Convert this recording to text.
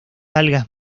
algas